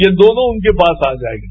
ये दोनों उनके पास आ जाएंगे